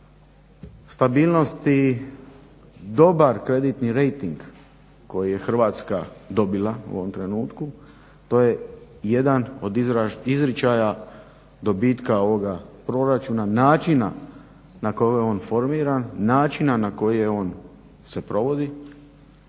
stabilnosti dobar kreditni rejting koji je Hrvatska dobila u ovom trenutku. To je jedan od izričaja dobitka ovoga proračuna, načina na koji je on formiran, načina na koji je on